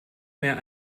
mehr